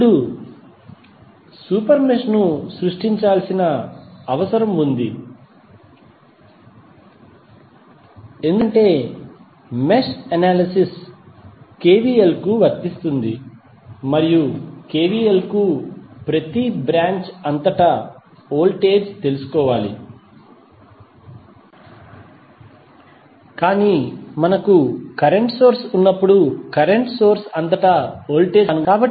ఇప్పుడు super mesh ను సృష్టించాల్సిన అవసరం ఉంది ఎందుకంటే మెష్ అనాలిసిస్ కెవిఎల్ కు వర్తిస్తుంది మరియు కెవిఎల్ కు ప్రతి బ్రాంచ్ అంతటా వోల్టేజ్ తెలుసుకోవాలి కాని మనకు కరెంట్ సోర్స్ ఉన్నప్పుడు కరెంట్ సోర్స్ అంతటా వోల్టేజ్ ను ముందుగానే కనుగొనడం కష్టం